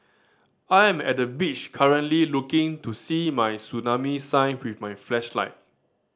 I am at the beach currently looking to see any tsunami sign with my flashlight